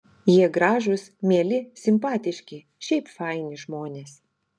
jie gražūs mieli simpatiški šiaip faini žmonės